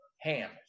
Ham